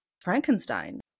Frankenstein